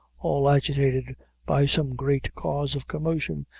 all agitated by some great cause of commotion,